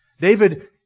David